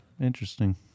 Interesting